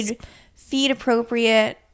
feed-appropriate